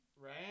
Right